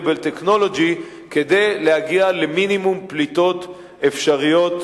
כי אין לנו דרך באמת לגבות עיצומים כספיים